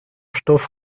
stoff